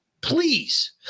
Please